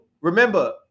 remember